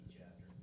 chapter